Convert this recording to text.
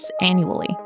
annually